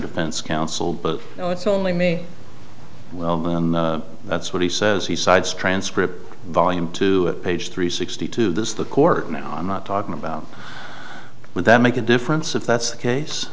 defense counsel but it's only me that's what he says he cites transcript volume two page three sixty two this the court now i'm not talking about would that make a difference if that's the case